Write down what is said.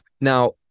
now